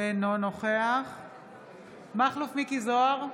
אינו נוכח מכלוף מיקי זוהר,